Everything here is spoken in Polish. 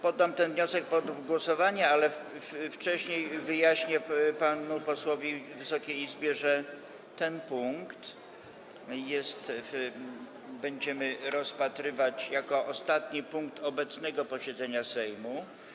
Poddam ten wniosek pod głosowanie, ale wcześniej wyjaśnię panu posłowi i Wysokiej Izbie, że ten punkt będziemy rozpatrywać jako ostatni punkt obecnego posiedzenia Sejmu.